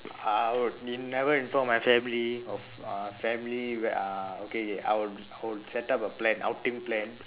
I I would in~ never inform my family of uh family where uh okay okay I will I will set up a plan ultimate plan